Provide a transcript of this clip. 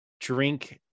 drink